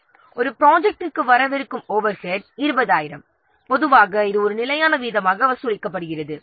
எனவே ஒரு ப்ராஜெக்ட்ற்கு வரவிருக்கும் ஓவர்ஹெட் 20000 எனவே பொதுவாக இது ஒரு நிலையான வீதமாக வசூலிக்கப்படுகிறது